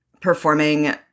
performing